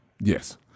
Yes